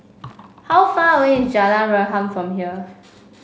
how far away is Jalan Harum from here